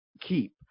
keep